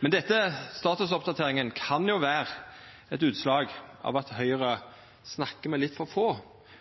kan vera eit utslag av at Høgre snakkar med litt for få,